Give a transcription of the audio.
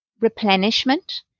replenishment